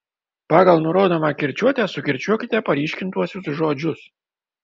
pagal nurodomą kirčiuotę sukirčiuokite paryškintuosius žodžius